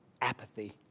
apathy